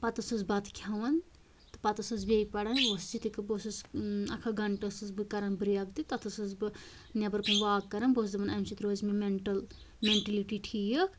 پَتہٕ ٲسٕس بَتہٕ کھٮ۪وَان پَتہٕ ٲسٕس بیٚیہِ پران بہٕ ٲسٕس اکھ اکھ گَنٹہٕ ٲسٕس بہٕ کران بریک تہٕ تَتھ ٲسٕس بہٕ نٮ۪بر کُن واک کران بہٕ ٲسٕس دَپان اَمہِ سۭتۍ روزِ مےٚ مینٹَل مینٹٔلی تہِ ٹھیٖک